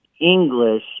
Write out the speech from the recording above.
English